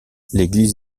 l’église